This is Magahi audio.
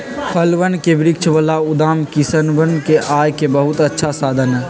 फलवन के वृक्ष वाला उद्यान किसनवन के आय के बहुत अच्छा साधन हई